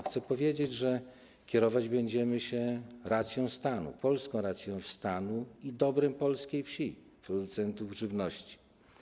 Chcę powiedzieć, że kierować będziemy się polską racją stanu i dobrem polskiej wsi, producentów żywności.